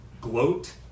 gloat